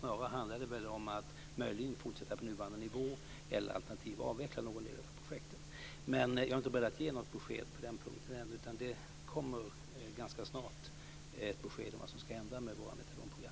Snarare handlar det väl om att möjligen fortsätta på nuvarande nivå alternativt att avveckla någon del av projekten. Jag är alltså inte beredd att ge något besked på den punkten ännu, men det kommer ganska snart ett besked om vad som ska hända med metadonprogrammen.